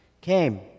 came